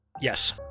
Yes